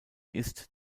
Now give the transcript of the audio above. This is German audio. ist